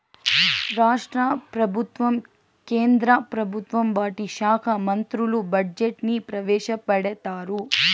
రాష్ట్ర ప్రభుత్వం కేంద్ర ప్రభుత్వం వాటి శాఖా మంత్రులు బడ్జెట్ ని ప్రవేశపెడతారు